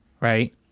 right